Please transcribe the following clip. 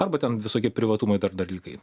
arba ten visokie privatumo dalykai